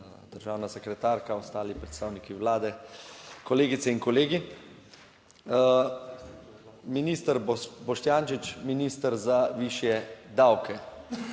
državna sekretarka, ostali predstavniki Vlade, kolegice in kolegi! Minister Boštjančič, minister za višje davke.